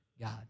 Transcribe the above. God